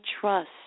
trust